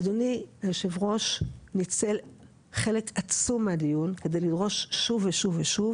אדוני יושב הראש ניצל חלק עצום מהדיון כדי לדרוש שוב ושוב ושוב